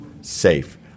safe